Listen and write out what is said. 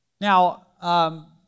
Now